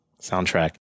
soundtrack